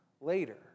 later